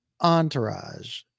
Entourage